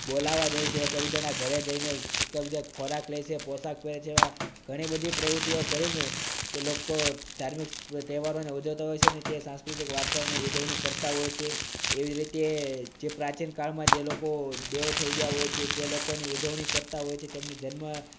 બોલાવા જાય છે એકબીજાના ઘરે જઈને ખોરાક લે છે પોશાક પહેરે છે ઘણી બધી પ્રવૃત્તિઓ કરીને તે લોકો ધાર્મિક તહેવારોને ઉજવતા હોય છે ને તે સાંસ્કૃતિક વારસાની અને ઉજવણી કરતા હોય છે એવી રીતે જે પ્રાચીન કાળમાં જે લોકો દેવ થઈ ગયા હોય છે તે લોકોને ઉજવણી કરતા હોય છે તેમની જન્મ